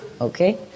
Okay